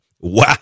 Wow